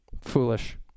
Foolish